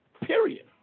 period